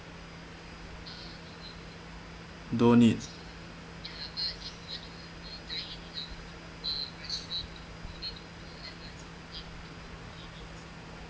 don't need